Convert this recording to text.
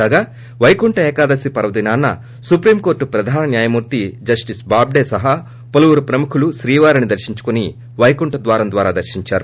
కాగా వైకుంఠ ఏకాదశి పర్వ దినాన సుప్రీం కోర్లు ప్రధాన న్యాయమూర్తి జస్షిస్ బాబ్దే సహా పలువురు ప్రముఖులు శ్రీవారిని దర్పించుకుని వైకుంఠ ద్వార దర్పించారు